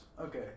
Okay